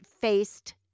faced